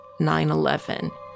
9-11